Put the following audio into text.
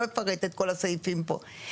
לא אפרט את כל הסעיפים פה.